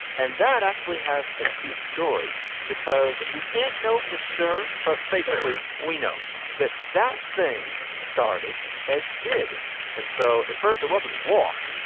and that actually has a cute story because we can't know for sure, but basically we know that that thing started as did and so at first it wasn't walked.